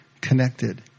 connected